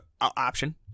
option